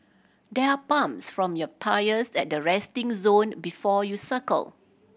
there are pumps from your tyres at the resting zone before you cycle